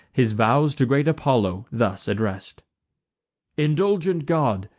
his vows to great apollo thus address'd indulgent god,